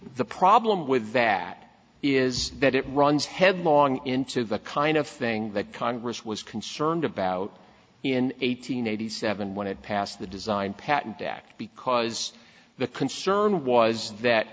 the problem with that is that it runs headlong into the kind of thing that congress was concerned about in eight hundred eighty seven when it passed the design patent act because the concern was that